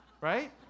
Right